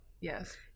Yes